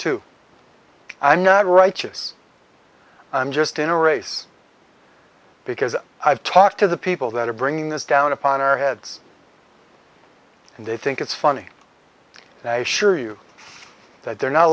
to i'm not righteous i'm just in a race because i've talked to the people that are bringing this down upon our heads and they think it's funny and i assure you that they're not